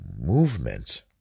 movement